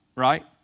Right